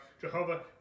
Jehovah